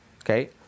okay